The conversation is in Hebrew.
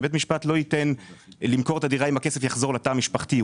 ובית משפט לא ייתן למכור את הדירה אם הכסף יחזור לתא המשפחתי.